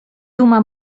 duma